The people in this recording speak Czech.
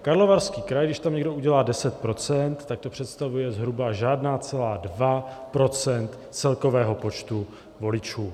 Karlovarský kraj, když tam někdo udělá 10 %, tak to představuje zhruba 0,2 % celkového počtu voličů.